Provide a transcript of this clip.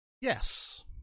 Yes